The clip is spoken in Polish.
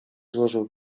złożył